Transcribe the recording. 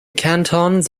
cantons